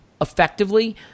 effectively